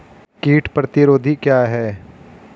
कीट प्रतिरोधी क्या है?